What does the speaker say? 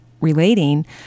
relating